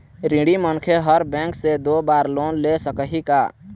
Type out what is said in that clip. ऋणी मनखे हर बैंक से दो बार लोन ले सकही का?